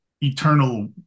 eternal